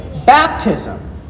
baptism